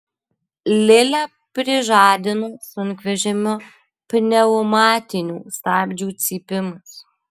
lilę prižadino sunkvežimio pneumatinių stabdžių cypimas